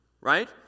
right